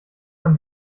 man